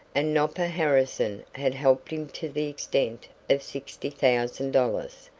and nopper harrison had helped him to the extent of sixty thousand dollars.